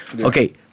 Okay